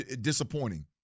disappointing